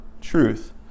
truth